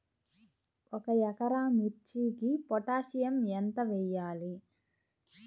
ఒక ఎకరా మిర్చీకి పొటాషియం ఎంత వెయ్యాలి?